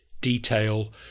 detail